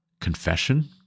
confession